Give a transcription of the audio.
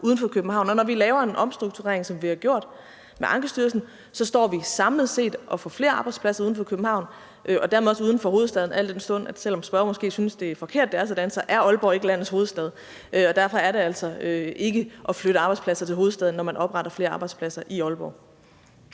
uden for København. Og når vi laver en omstrukturering, som vi har gjort med Ankestyrelsen, står vi samlet set og får flere arbejdspladser uden for København og dermed også uden for hovedstaden. Selv om spørgeren måske synes, det er forkert, at det er sådan, så er Aalborg ikke landets hovedstad, og derfor er det altså ikke at flytte arbejdspladser til hovedstaden, når man opretter flere arbejdspladser i Aalborg.